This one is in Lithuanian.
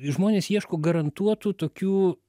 žmonės ieško garantuotų tokių